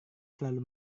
selalu